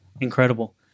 Incredible